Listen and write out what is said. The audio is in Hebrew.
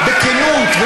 בכנות,